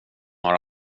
har